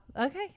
okay